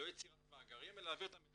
לא יצירת מאגרים אלא להעביר את המידע